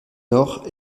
nord